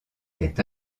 est